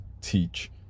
teach